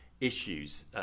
issues